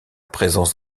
présence